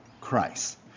Christ